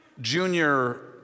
Junior